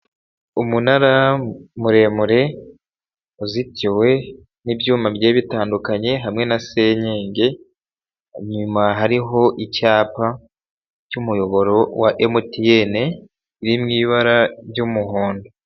Umunara muremure uzitiwe n'ibyuma bigiye bitandukanye hamwe na senyenge, inyuma hariho icyapa cy'umuyoboro wa MTN uri mu ibara ry'umuhondo.